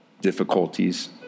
difficulties